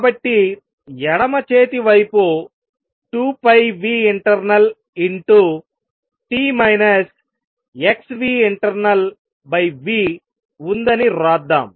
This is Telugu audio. కాబట్టి ఎడమ చేతి వైపు 2πinternalt xinternalv ఉందని వ్రాద్దాం